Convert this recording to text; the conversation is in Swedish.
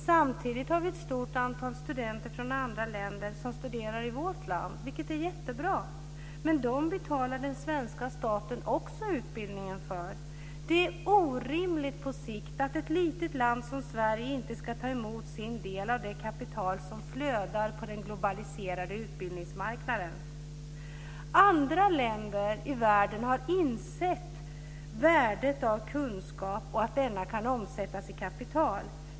Samtidigt har vi ett stort antal studenter från andra länder som studerar i vårt land, vilket är jättebra. Men dem betalar den svenska staten också utbildningen för. Det är orimligt på sikt att ett litet land som Sverige inte ska ta emot sin del av det kapital som flödar på den globaliserade utbildningsmarknaden. Andra länder i världen har insett värdet av kunskap och att detta kan omsättas i kapital.